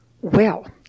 Well